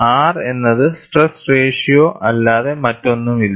R എന്നത് stress ratio അല്ലാതെ മറ്റൊന്നുമല്ല